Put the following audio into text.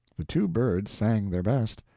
the two birds sang their best,